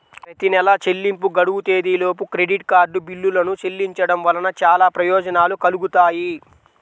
ప్రతి నెలా చెల్లింపు గడువు తేదీలోపు క్రెడిట్ కార్డ్ బిల్లులను చెల్లించడం వలన చాలా ప్రయోజనాలు కలుగుతాయి